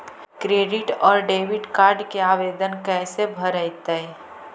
Credit और debit card के आवेदन कैसे भरैतैय?